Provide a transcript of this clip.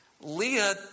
Leah